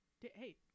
hey